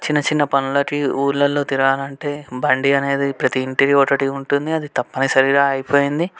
చిన్నచిన్న పనులకి ఊళ్ళల్లో తిరగాలంటే బండి అనేది ప్రతీ ఇంటికి ఒకటి ఉంటుంది అది తప్పనిసరిగా అయిపోయింది